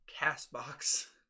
CastBox